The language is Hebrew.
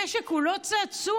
נשק הוא לא צעצוע.